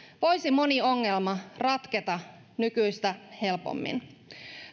voisi moni ongelma ratketa nykyistä helpommin